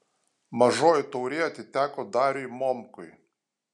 mažoji taurė atiteko dariui momkui